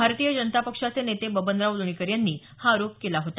भारतीय जनता पक्षाचे नेते बबनराव लोणीकर यांनी हा आरोप केला होता